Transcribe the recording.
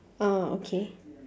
oh okay